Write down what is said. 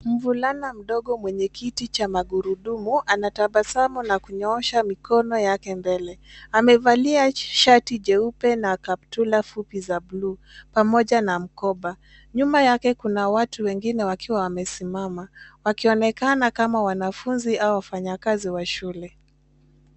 Mvulana mdogo mwenye kiti cha magurudmu anatabasamu na kunyoosha mikono yake mbele amevalia shati jeupe na kaptura fupi za blue pamoja na mkoba nyuma yake kuna wengine wamesimama wakionekana kama wanafunzi au wafanyakazi wa shule.